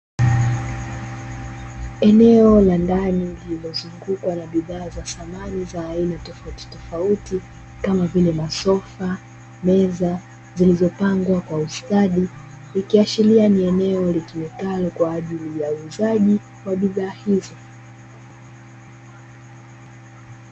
Eneo la ndani lililozungukwa na bidhaa za samani za aina tofautitofauti kama vile; masofa, meza zilizopangwa kwa ustadi, ikiashiria ni eneo litumikalo kwa ajili ya uuzaji wa bidhaa hizo.